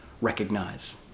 recognize